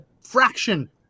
fraction